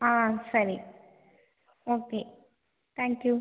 ஆ சரி okay thank you